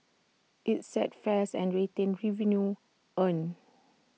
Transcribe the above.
IT sets fares and retains revenue earned